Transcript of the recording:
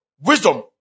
Wisdom